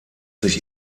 sich